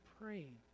praying